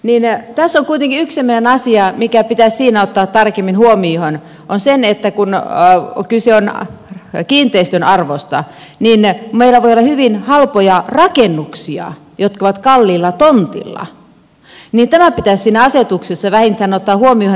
kuitenkin yksi semmoinen asia mikä pitäisi siinä ottaa tarkemmin huomioon on se että kun kyse on kiinteistön arvosta niin meillä voi olla hyvin halpoja rakennuksia jotka ovat kalliilla tontilla ja tämä pitäisi siinä asetuksessa vähintään ottaa huomioon